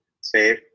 save